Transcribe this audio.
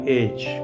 age